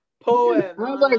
poem